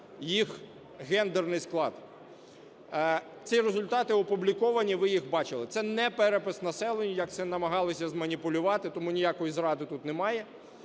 їх гендерний склад. Ці результати опубліковані, ви їх бачили. Це не перепис населення, як це намагалися зманіпулювати, тому ніякої зради тут немає.